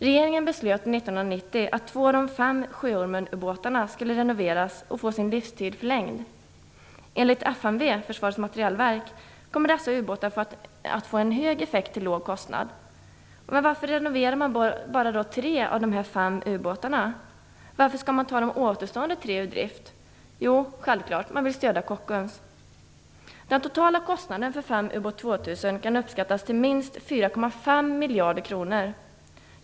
Regeringen beslöt 1990 att två av de fem Sjöormenubåtarna skulle renoveras för att få sin livstid förlängd. Enligt FMV, Försvarets materielverk, kommer dessa ubåtar att få en hög effekt till låg kostnad. Varför renoverar man då bara tre av de fem ubåtarna? Varför skall man ta de återstående tre ur drift? Jo, det är självklart för att man vill stödja Kockum. Den totala kostnaden för fem Ubåt 2000 kan uppskattas till minst 4,5 miljarder kronor.